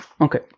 Okay